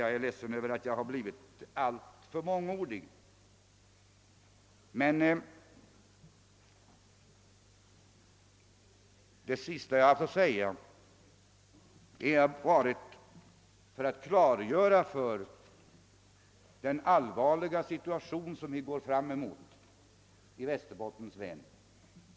Jag är ledsen över att jag blivit så mångordig, men jag har velat klargöra den allvarliga situation som vi går emot i Västerbottens län.